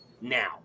now